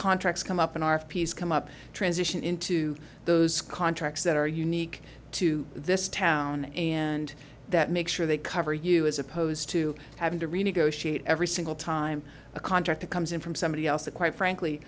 contracts come up in our piece come up transition into those contracts that are unique to this town and that make sure they cover you as opposed to having to renegotiate every single time a contract that comes in from somebody else that quite frankly